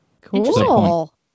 Cool